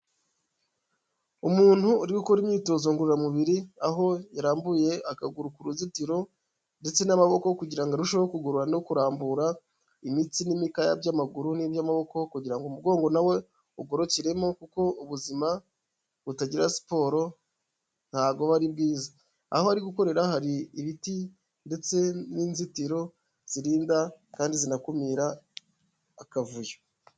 Umuntu uri ukora imyitozo ngororamubiri aho yarambuye akaguru ku ruzitiro ndetse n'amaboko, kugirango ngo arusheho kugorora no kurambura imitsi n'imikaya by'amaguru n'iby'amaboko, kugira umugongo na wo ugorokeremo kuko ubuzima butagira siporo ntago aba ari bwiza. Aho ari gukorera hari ibiti ndetse n'inzitiro zirinda kandi zinakumira akavuyo.